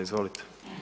Izvolite.